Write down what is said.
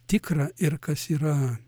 tikra ir kas yra